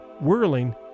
whirling